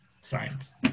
science